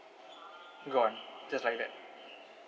gone just like that